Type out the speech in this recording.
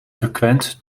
frequent